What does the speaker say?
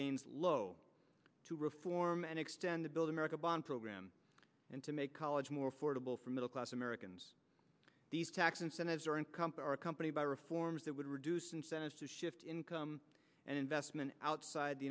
gains low to reform and extend the build america bonds program and to make college more affordable for middle class americans these tax incentives are in company or a company by reforms that would reduce incentives to shift income and investment outside the